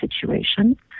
situation